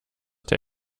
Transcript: der